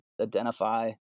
identify